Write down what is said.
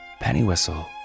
Pennywhistle